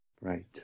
right